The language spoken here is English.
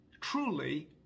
truly